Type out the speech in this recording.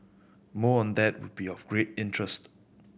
more on that would be of great interest